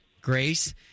grace